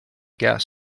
guess